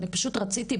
אני פשוט רציתי,